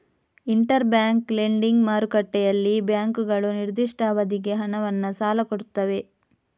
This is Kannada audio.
ಇಂಟರ್ ಬ್ಯಾಂಕ್ ಲೆಂಡಿಂಗ್ ಮಾರುಕಟ್ಟೆಯಲ್ಲಿ ಬ್ಯಾಂಕುಗಳು ನಿರ್ದಿಷ್ಟ ಅವಧಿಗೆ ಹಣವನ್ನ ಸಾಲ ಕೊಡ್ತವೆ